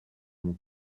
mon